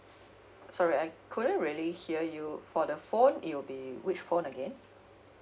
sorry I couldn't really hear you for the phone it will be which phone again